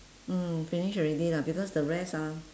mm finish already lah because the rest ah